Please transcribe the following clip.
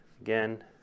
again